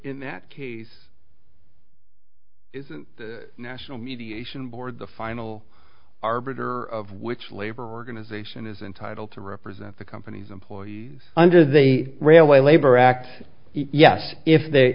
in that case isn't the national mediation board the final arbiter of which labor organization is entitled to represent the company's employees under the railway labor act yes if they